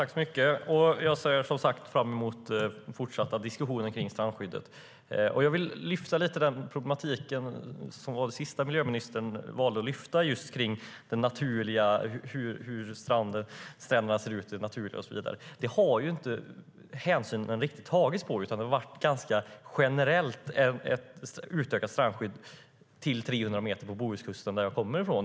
Herr talman! Jag ser fram emot fortsatta diskussioner om strandskyddet. Jag vill ta upp de problem som miljöministern valde att ta upp om hur stränderna ser ut i naturen. Nu har ju inte sådana hänsyn tagits, utan det har varit ett generellt utökat strandskydd till 300 meter på Bohuskusten, där jag kommer från.